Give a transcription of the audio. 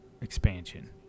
expansion